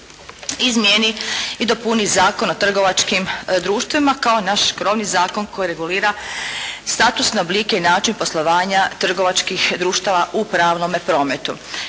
izmijeni i dopuni Zakon o trgovačkim društvima kao naš krovni zakon koji regulira statusne oblike i način poslovanja trgovačkih društava u pravnome prometu.